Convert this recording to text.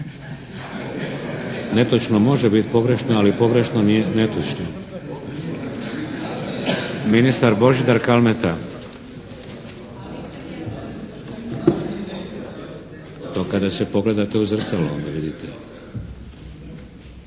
Netočno može biti pogrešno ali pogrešno nije netočno. Ministar Božidar Kalmeta. **Kalmeta, Božidar (HDZ)** Gospodine